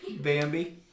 Bambi